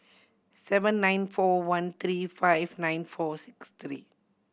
seven nine four one three five nine four six three